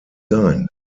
sein